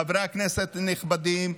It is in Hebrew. חברי הכנסת הנכבדים,